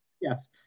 yes